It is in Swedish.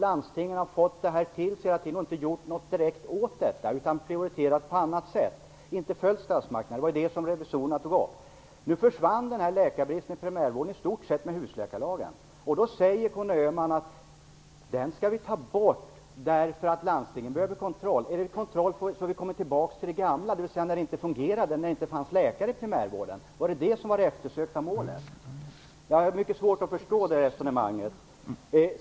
Landstingen har kännedom om detta men har inte gjort något direkt åt detta, utan prioriterat på annat sätt och inte följt statsmakterna. Det var detta revisorerna tog upp. Nu försvann läkarbristen i primärvården i stort sett i och med husläkarlagen. Då säger Conny Öhman att vi skall avskaffa den, därför att landstingen behöver kontroll. Är det fråga om kontroll som innebär att vi återgår till det gamla, dvs. när det inte fungerade och det inte fanns läkare i primärvården? Är det detta som är det eftersökta målet? Jag har mycket svårt att förstå detta resonemang.